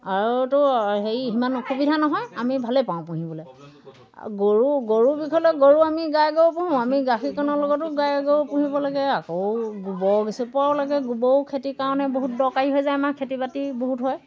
আৰুতো হেৰি সিমান অসুবিধা নহয় আমি ভালেই পাওঁ পুহিবলৈ আৰু গৰু গৰু বিষয় লৈ গৰু আমি গাই গৰু পোহোঁ আমি গাখীৰকণৰ লগতো গাই গৰু পুহিব লাগে আকৌ গোবৰ দুচপৰাও লাগে গোবৰো খেতিৰ কাৰণে বহুত দৰকাৰী হৈ যায় আমাৰ খেতি বাতি বহুত হয়